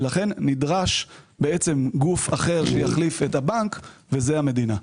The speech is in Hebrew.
לכן, נדרש גוף אחר שיחליף את הבנק, וזו המדינה.